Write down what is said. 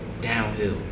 downhill